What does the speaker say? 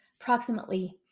approximately